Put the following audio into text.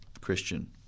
Christian